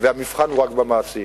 והמבחן הוא רק במעשים.